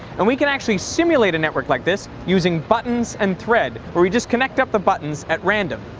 and we can actually simulate a network like this using buttons and thread where we just connect up the buttons at random.